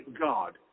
God